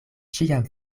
ĉiam